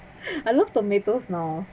I love tomatoes now